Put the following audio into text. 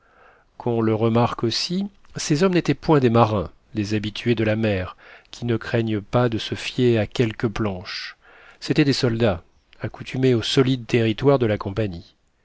qu'on le remarque aussi ces hommes n'étaient point des marins des habitués de la mer qui ne craignent pas de se fier à quelques planches c'étaient des soldats accoutumés aux solides territoires de la compagnie